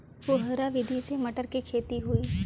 फुहरा विधि से मटर के खेती होई